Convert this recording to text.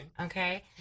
okay